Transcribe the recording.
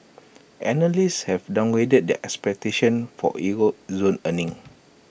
analysts have downgraded their expectations for euro zone earnings